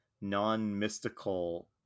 non-mystical